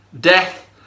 Death